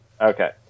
Okay